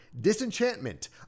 Disenchantment